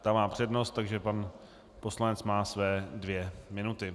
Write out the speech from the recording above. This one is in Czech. Ta má přednost, takže pan poslanec má své dvě minuty.